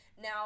Now